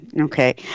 Okay